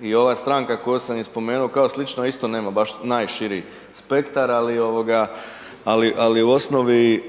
i ova stranka koju sam spomenuo kao slična isto nema baš najširi spektar, ali u osnovi,